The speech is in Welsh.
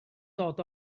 dod